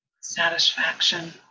Satisfaction